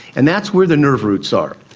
and that's where the nerve roots are.